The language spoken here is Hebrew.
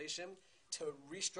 ביניהם ולהגיד שישראל היא אותה ישראל שמפתחת